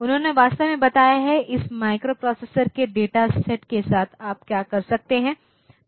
उन्होंने वास्तव में बताया है इस माइक्रोप्रोसेसर के डेटा सेट के साथ आप क्या कर सकते हैं